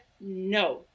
no